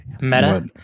meta